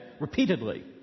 repeatedly